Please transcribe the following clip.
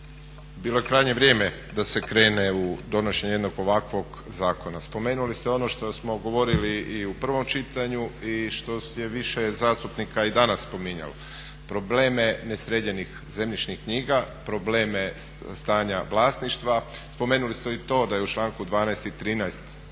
bilo je krajnje vrijeme da se krene u donošenje jednog ovakvog zakona. Spomenuli ste ono što smo govorili i u prvom čitanju i što je više zastupnika i danas spominjalo, probleme nesređenih zemljišnih knjiga, probleme stanja vlasništva. Spomenuli ste i to da je u članku 12.